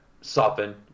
soften